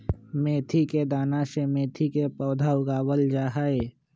मेथी के दाना से मेथी के पौधा उगावल जाहई